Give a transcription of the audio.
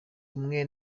umwe